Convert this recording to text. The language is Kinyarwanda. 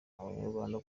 abanyarwanda